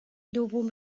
دوم